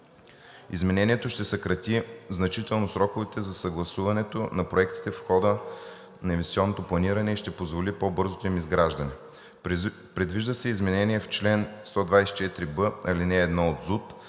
Изменението ще съкрати значително сроковете за съгласуването на проектите в хода на инвестиционното планиране и ще позволи по-бързото им изграждане. Предвижда се и изменение в чл. 124б, ал. 1 от ЗУТ